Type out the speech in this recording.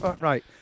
Right